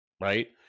right